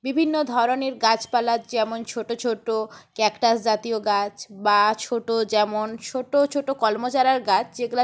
বিভিন্ন ধরনের গাছপালা যেমন ছোটো ছোটো ক্যাকটাস জাতীয় গাছ বা ছোটো যেমন ছোটো ছোটো কলম চারার গাছ যেগুলো